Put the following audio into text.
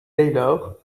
taylor